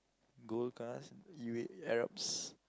gold cars Arabs